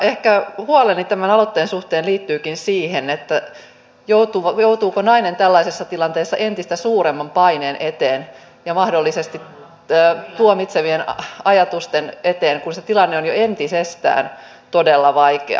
ehkä huoleni tämän aloitteen suhteen liittyykin siihen joutuuko nainen tällaisessa tilanteessa entistä suuremman paineen eteen ja mahdollisesti tuomitsevien ajatusten eteen kun se tilanne on jo entisestään todella vaikea